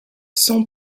sans